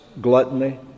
gluttony